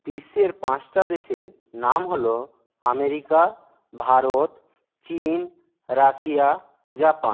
বিশ্বের পাঁচটা দেশের নাম হলো আমেরিকা ভারত চীন রাশিয়া জাপান